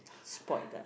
spoiled lah